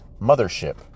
mothership